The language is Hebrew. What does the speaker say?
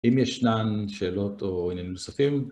אם ישנן שאלות, או עניינים נוספים.